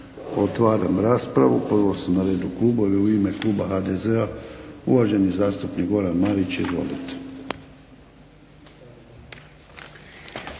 Otvaram raspravu. Prvo su na redu klubovi. U ime kluba HDZ-a uvaženi zastupnik Goran Marić. Izvolite.